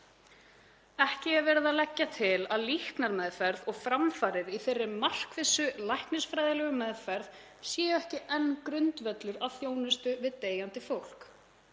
Ekki er verið að leggja til að líknarmeðferð og framfarir í þeirri markvissu læknisfræðilegu meðferð séu ekki enn grundvöllur að þjónustu við deyjandi fólk.